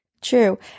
True